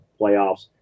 playoffs